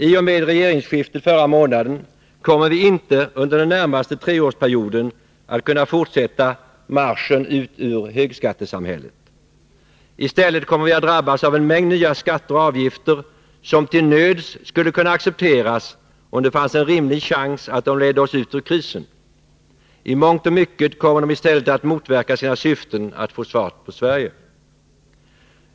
I och med regeringsskiftet förra månaden kommer vi inte under den närmaste treårsperioden att kunna fortsätta marschen ut ur högskattesamhället. I stället kommer vi att drabbas av en mängd nya skatter och avgifter, som till nöds skulle kunna accepteras, om det fanns en rimlig chans att de ledde oss ut ur krisen. Men i mångt och mycket kommer de i stället att motverka sina syften att få fart på Sverige.